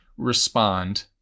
respond